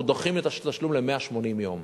אנחנו דוחים את התשלום ל-180 יום.